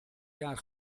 jaar